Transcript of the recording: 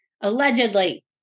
Allegedly